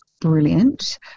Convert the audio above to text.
brilliant